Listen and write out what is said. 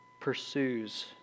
pursues